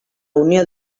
unió